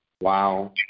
Wow